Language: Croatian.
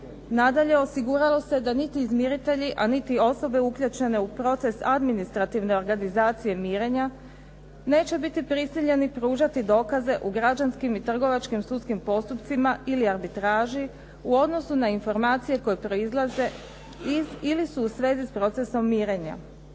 Nadalje, osiguralo se da niti izmiritelji, a niti osobe uključene u proces administrativne organizacije mirenja, neće biti prisiljeni pružati dokaze u građanskim i trgovačkim sudskim postupcima ili arbitraži u odnosu na informacije koje proizlaze ili su u svezi s procesom mirenja.